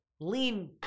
lean